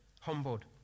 humbled